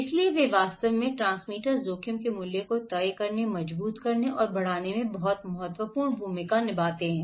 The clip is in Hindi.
इसलिए वे वास्तव में ट्रांसमीटर जोखिम के मूल्य को तय करने मजबूत करने और बढ़ाने में बहुत महत्वपूर्ण भूमिका निभाते हैं